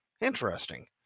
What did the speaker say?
interesting